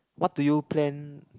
what do you plan